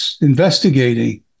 investigating